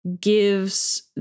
gives